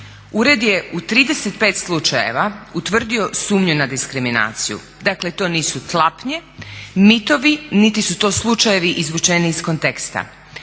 Ured je u 35 slučajeva utvrdio sumnju na diskriminaciju, dakle to nisu tlapnje, mitovi, niti su to slučajevi izvučeni iz konteksta.